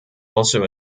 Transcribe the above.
also